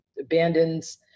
abandons